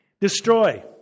Destroy